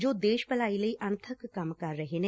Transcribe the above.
ਜੋ ਦੇਸ਼ ਭਲਾਈ ਲਈ ਅਣਥੱਕ ਕੰਮ ਕਰ ਰਹੇ ਨੇ